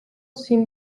sin